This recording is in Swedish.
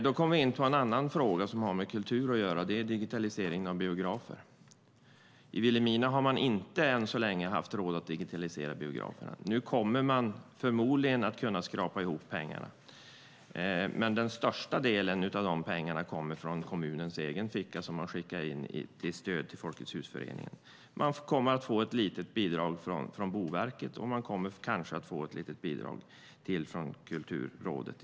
Då kom vi in på en annan fråga som har med kultur att göra, och det var digitalisering av biografer. I Vilhelmina har man än så länge inte haft råd att digitalisera biograferna. Nu kommer man förmodligen att kunna skrapa ihop pengarna, men den största delen av de pengarna kommer från kommunens egen ficka som de har skickat in som stöd till Folkets Hus-föreningen. Man kommer att få ett litet bidrag från Boverket, och man kommer kanske att få ett litet bidrag från Kulturrådet.